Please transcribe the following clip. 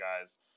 guys